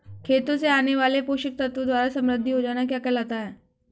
खेतों से आने वाले पोषक तत्वों द्वारा समृद्धि हो जाना क्या कहलाता है?